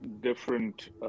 different